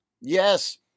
Yes